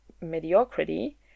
mediocrity